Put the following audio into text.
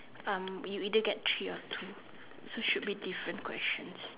um we either get three or two so should be different questions